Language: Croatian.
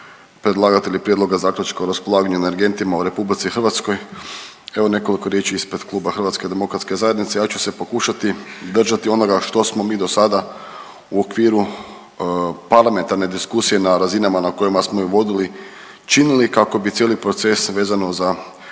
Predlagatelji prijedloga zaključka o raspolaganju energentima u Republici Hrvatskoj. Evo nekoliko riječi ispred kluba Hrvatske demokratske zajednice. Ja ću se pokušati držati onoga što smo mi do sada u okviru parlamentarne diskusije na razinama na kojima smo i vodili, činili kako bi cijeli proces vezano za